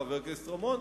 חבר הכנסת רמון,